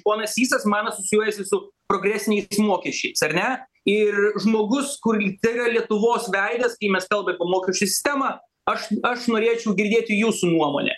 ponas sysas man asocijuojasi su progresiniais mokesčiais ar ne ir žmogus kur tai yra lietuvos veidas kai mes kalbam apie mokesčių sistemą aš aš norėčiau girdėti jūsų nuomonę